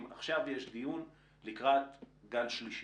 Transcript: אם עכשיו יש דיון לקראת גל שלישי.